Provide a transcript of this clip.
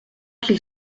qu’il